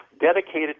dedicated